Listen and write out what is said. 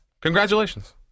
Congratulations